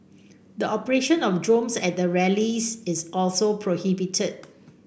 the operation of drones at the rallies is also prohibited